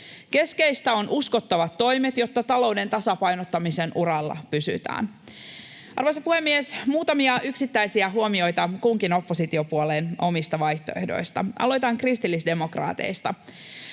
Keskeistä ovat uskottavat toimet, jotta talouden tasapainottamisen uralla pysytään. Arvoisa puhemies! Muutamia yksittäisiä huomioita kunkin oppositiopuolueen vaihtoehdosta. Aloitan kristillisdemokraateista.